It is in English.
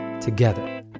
together